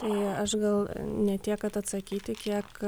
tai aš gal ne tiek kad atsakyti kiek